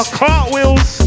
cartwheels